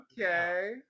okay